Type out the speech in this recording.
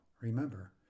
Remember